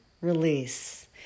release